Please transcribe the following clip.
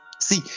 see